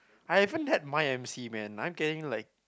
I haven't had mine M_C man I'm getting like